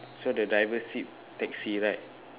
so the driver seat taxi right